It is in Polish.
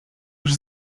już